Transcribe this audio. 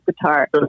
guitar